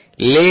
লে কি